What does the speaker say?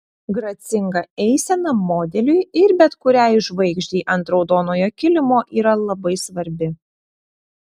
gracinga eisena modeliui ir bet kuriai žvaigždei ant raudonojo kilimo yra labai svarbi